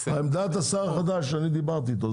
אני דיברתי איתו.